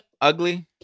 Ugly